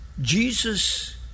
Jesus